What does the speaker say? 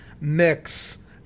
mix